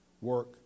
Work